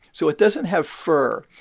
so it doesn't have fur.